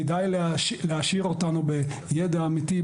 וכדאי להעשיר אותנו בידע אמיתי,